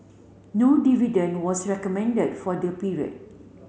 no dividend was recommended for the period